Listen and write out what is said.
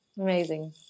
Amazing